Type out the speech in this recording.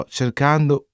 cercando